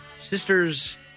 sister's